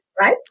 right